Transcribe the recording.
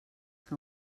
que